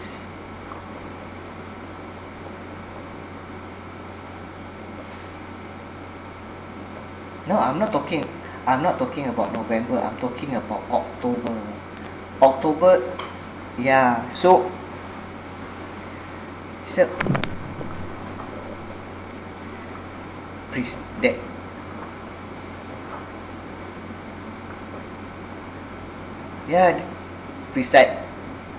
no I'm not talking I'm not talking about november I'm talking about october october yeah so so please that yeah preci~